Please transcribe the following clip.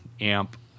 amp